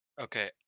Okay